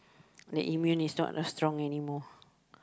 like immune is not as strong anymore